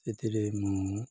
ସେଥିରେ ମୁଁ